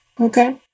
Okay